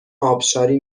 ابشاری